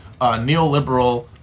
neoliberal